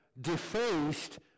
defaced